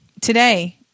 today